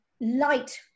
light